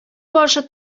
башы